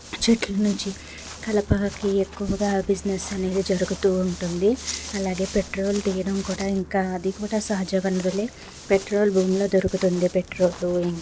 చెట్లు నుంచి కలపకి ఎక్కువగా బిజినెస్ అనేది జరుగుతు ఉంటుంది అలాగే పెట్రోల్ తీయడం కూడా ఇంకా అది కూడా సహజ వనరులే పెట్రోల్ భూమిలో దొరుకుతుంది పెట్రోలు ఇంకా